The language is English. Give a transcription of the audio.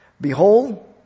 Behold